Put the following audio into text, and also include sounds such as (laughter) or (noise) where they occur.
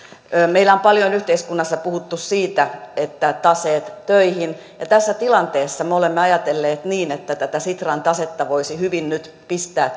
meillä on paljon yhteiskunnassa puhuttu siitä että taseet töihin tässä tilanteessa me olemme ajatelleet niin että tätä sitran tasetta voisi hyvin nyt pistää (unintelligible)